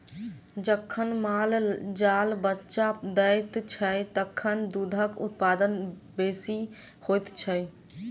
जखन माल जाल बच्चा दैत छै, तखन दूधक उत्पादन बेसी होइत छै